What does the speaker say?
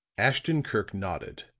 ashton-kirk nodded,